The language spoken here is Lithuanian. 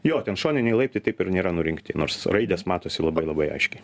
jo ten šoniniai laiptai taip ir nėra nurinkti nors raidės matosi labai labai aiškiai